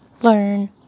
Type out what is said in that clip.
Learn